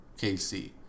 KC